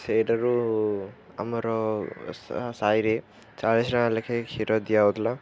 ସେଇଠାରୁ ଆମର ସାହିରେ ଚାଳିଶ ଟଙ୍କା ଲେଖେ କ୍ଷୀର ଦିଆହେଉଥିଲା